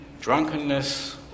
drunkenness